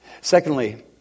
Secondly